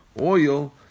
oil